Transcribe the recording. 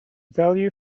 value